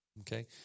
Okay